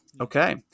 okay